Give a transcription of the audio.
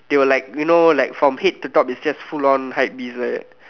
they will like you know like from head to top is just full on hypebeast like that